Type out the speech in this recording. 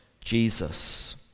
Jesus